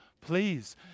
Please